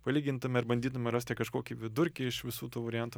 palygintume ir bandytume rasti kažkokį vidurkį iš visų tų variantų